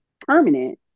permanent